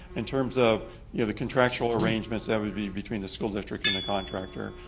in terms of yeah the contractual arrangements, that would be between the school district and the contractor,